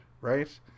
right